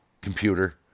computer